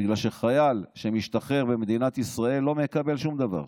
בגלל שחייל שמשתחרר במדינת ישראל לא מקבל שום דבר,